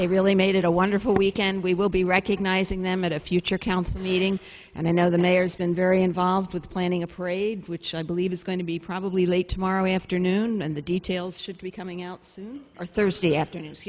they really made it a wonderful weekend we will be recognizing them at a future council meeting and i know the mayor's been very involved with planning a parade which i believe is going to be probably late tomorrow afternoon and the details should be coming out or thursday afternoon